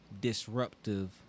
disruptive